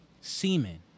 semen